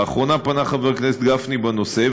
באחרונה פנה חבר הכנסת גפני בנושא,